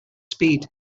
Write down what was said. speed